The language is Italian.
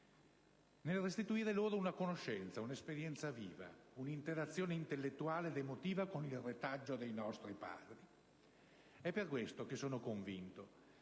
nel restituire loro una conoscenza, un'esperienza viva, un'interazione intellettuale ed emotiva con il retaggio dei nostri padri. È per questo che sono convinto